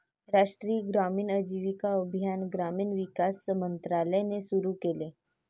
राष्ट्रीय ग्रामीण आजीविका अभियान ग्रामीण विकास मंत्रालयाने सुरू केले